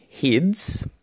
heads